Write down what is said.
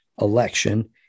election